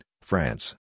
France